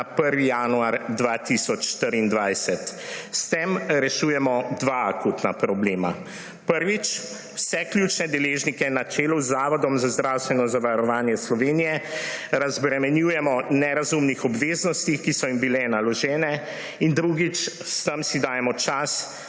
na 1. januar 2024. S tem rešujemo dva akutna problema. Prvič, vse ključne deležnike na čelu z Zavodom za zdravstveno zavarovanje Slovenije razbremenjujemo nerazumnih obveznosti, ki so jim bile naložene, in drugič, s tem si dajemo čas,